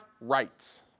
rights